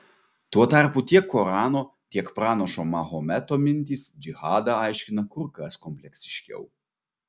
tuo tarpu tiek korano tiek pranašo mahometo mintys džihadą aiškina kur kas kompleksiškiau